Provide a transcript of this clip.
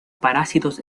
parásitos